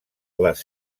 les